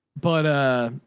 but, ah,